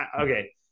okay